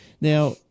Now